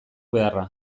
beharra